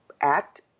act